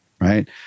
right